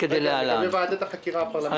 לגבי ועדת החקירה הפרלמנטרית?